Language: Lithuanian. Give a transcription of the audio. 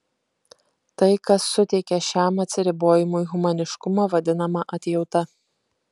tai kas suteikia šiam atsiribojimui humaniškumo vadinama atjauta